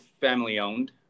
family-owned